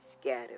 scattered